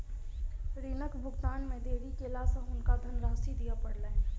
ऋणक भुगतान मे देरी केला सॅ हुनका धनराशि दिअ पड़लैन